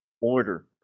order